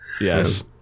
Yes